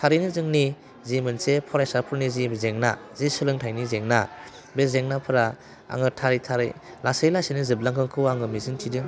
थारैनो जोंनि जि मोनसे फरायसाफोरनि जि जेंना जि सोलोंथाइनि जेंना बे जेंनाफोरा आङो थारै थारै लासै लासैनो जोबलांगोनखौ आङो मिजिंथिदों